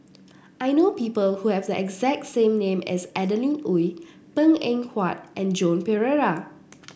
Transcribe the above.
I know people who have the exact same name as Adeline Ooi Png Eng Huat and Joan Pereira